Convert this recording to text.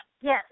Yes